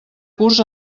curs